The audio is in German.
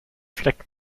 flecken